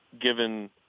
given